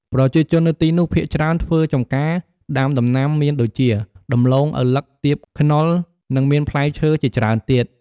ប្រជាជននៅទីនោះភាគច្រើនធ្វើចំការដាំដំណាំមានដូចជា ដំឡូង ឪឡឹក ទៀប ខ្នុរ និងមានផ្លែឈើជាច្រើនទៀត ។